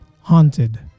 haunted